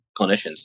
clinicians